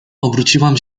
obróciłam